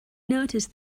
notice